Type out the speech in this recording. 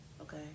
Okay